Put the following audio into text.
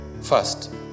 first